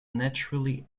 naturally